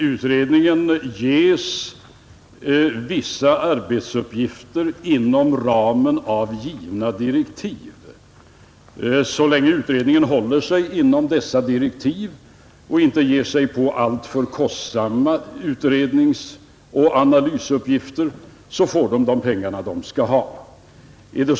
Utredningen ges vissa arbetsuppgifter inom ramen av givna direktiv, Så länge den håller sig inom dessa direktiv och inte ger sig på alltför kostsamma utredningsoch analysuppgifter får den de pengar den skall ha.